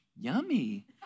yummy